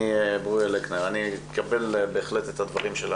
אני מקבל בהחלט את דברים שלה.